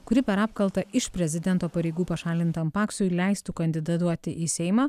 kuri per apkaltą iš prezidento pareigų pašalintam paksui leistų kandidatuoti į seimą